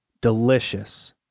delicious